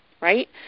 right